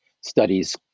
studies